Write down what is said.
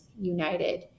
united